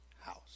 house